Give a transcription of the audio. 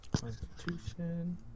Constitution